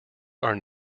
are